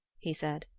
he said.